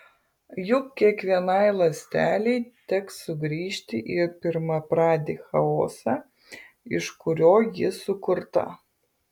juk kiekvienai ląstelei teks sugrįžti į pirmapradį chaosą iš kurio ji sukurta